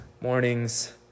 morning's